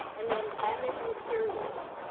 and then m is materials.